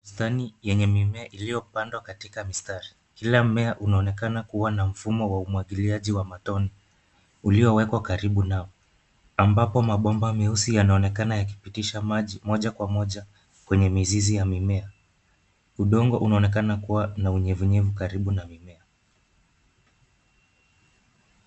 Stani yenye mimea iliyopandwa katika mistari. Kila mmea unaonekana kuwa na mfumo wa umwagiliaji wa matone. Uliowekwa karibu nao. Ambapo mabomba meusi yanaonekana yakipitisha maji moja kwa moja kwenye mizizi ya mimea. Udongo unaonekana kuwa na unyevunyevu karibu na mimea.